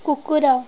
କୁକୁର